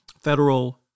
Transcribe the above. federal